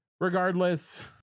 Regardless